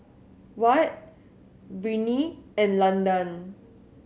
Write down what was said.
Wyatt Brittny and Landan